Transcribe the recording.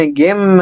game